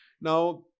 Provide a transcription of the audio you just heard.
Now